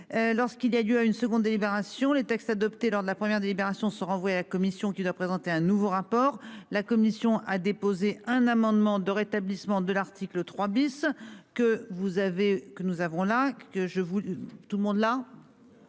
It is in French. Lorsqu'il a dû à une seconde délibération, les textes adoptés lors de la première délibération se renvoient la commission qui doit présenter un nouveau rapport, la commission a déposé un amendement de rétablissement de l'article 3 bis que vous avez, que nous avons là